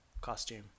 costume